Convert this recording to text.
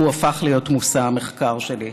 והוא הפך להיות מושא המחקר שלי.